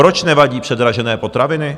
Proč nevadí předražené potraviny?